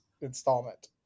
installment